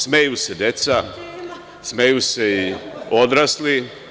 Smeju se deca, smeju se i odrasli.